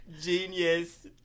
Genius